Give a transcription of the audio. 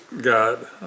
God